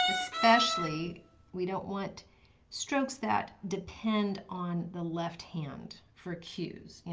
especially we don't want strokes that depend on the left hand for queues. and